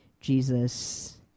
Jesus